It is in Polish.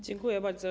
Dziękuję bardzo.